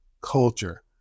culture